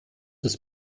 ist